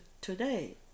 today